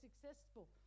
successful